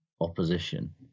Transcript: opposition